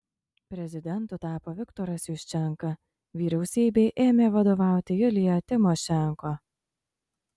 prezidentu tapo viktoras juščenka vyriausybei ėmė vadovauti julija timošenko